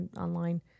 online